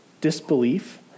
disbelief